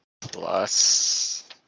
plus